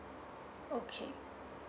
okay